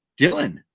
dylan